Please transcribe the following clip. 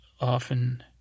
often